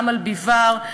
אמל ביבאר,